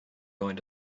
going